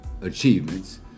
achievements